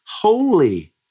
holy